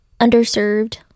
underserved